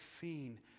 seen